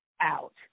out